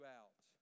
out